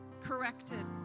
corrected